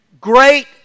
great